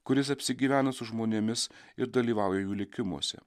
kuris apsigyvena su žmonėmis ir dalyvauja jų likimuose